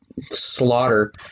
Slaughter